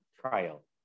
trial